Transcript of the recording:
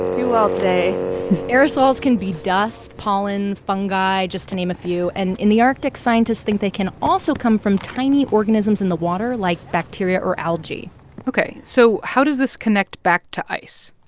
do well today aerosols can be dust, pollen, fungi just to name a few. and in the arctic, scientists think they can also come from tiny organisms in the water, like bacteria or algae ok. so how does this connect back to ice?